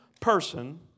person